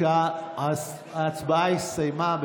ההצבעה הסתיימה.